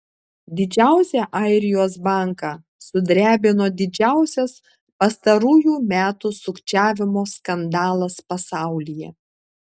didžiausią airijos banką sudrebino didžiausias pastarųjų metų sukčiavimo skandalas pasaulyje